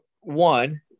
One